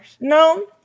No